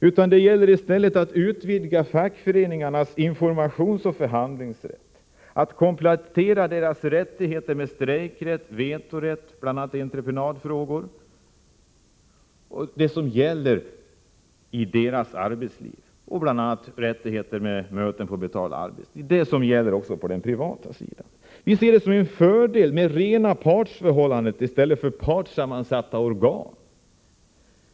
I stället gäller det att utvidga fackföreningarnas informationsoch förhandlingsrätt och att komplettera deras rättigheter med strejkrätt, facklig vetorätt i entreprenadfrågor och i frågor som gäller arbetslivets villkor, fackliga möten på betald arbetstid m.m. Det är sådant som också gäller på den privata sidan. Vi ser såsom en fördel att ha rena partsförhållanden i stället för 19 partssammansatta organ.